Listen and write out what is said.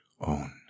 own